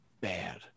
bad